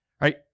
Right